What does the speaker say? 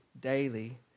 daily